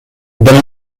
the